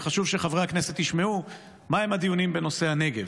וחשוב שחברי הכנסת ישמעו מהם הדיונים בנושא הנגב.